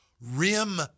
rim